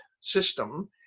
system